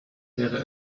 wäre